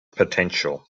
potential